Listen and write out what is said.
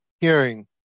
hearing